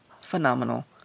phenomenal